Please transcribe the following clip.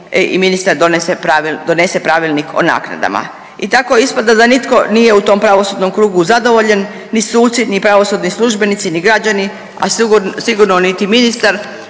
i ministar donese Pravilnik o naknadama. I tako ispada da nitko nije u tom pravosudnom krugu zadovoljan ni suci, ni pravosudni službenici, ni građani, a sigurno niti ministar